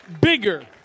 bigger